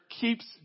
keeps